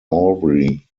awry